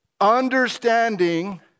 Understanding